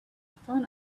found